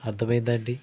అర్థమైందా అండి